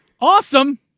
Awesome